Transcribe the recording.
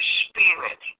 spirit